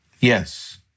Yes